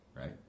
Right